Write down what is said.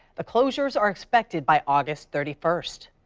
the closures are expected by august thirty first.